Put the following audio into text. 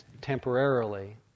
temporarily